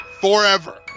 forever